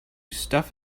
stuff